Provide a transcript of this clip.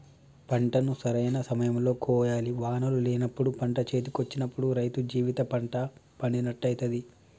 పంటను సరైన సమయం లో కోయాలి వానలు లేనప్పుడు పంట చేతికొచ్చినప్పుడు రైతు జీవిత పంట పండినట్టయితది